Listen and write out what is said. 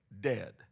Dead